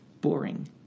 boring